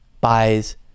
buys